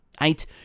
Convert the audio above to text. Eight